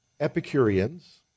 Epicureans